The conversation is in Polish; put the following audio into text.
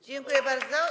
Dziękuję bardzo.